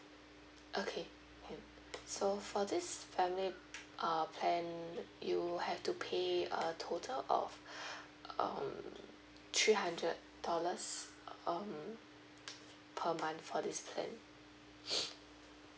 okay can so for this family uh plan um you have to pay a total of um three hundred dollars um per month for this plan